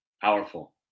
Powerful